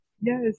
Yes